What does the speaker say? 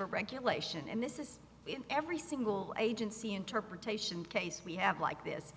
a regulation and this is in every single agency interpretation case we have like this